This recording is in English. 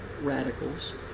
radicals